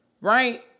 Right